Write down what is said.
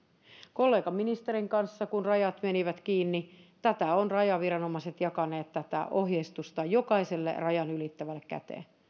kollegaministerin ohjeistuksesta kun rajat menivät kiinni ovat rajaviranomaiset jakaneet tätä ohjeistusta jokaiselle rajan ylittävälle käteen